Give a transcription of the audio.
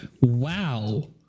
wow